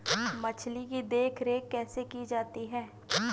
मछली की देखरेख कैसे की जाती है?